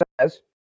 says